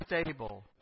stable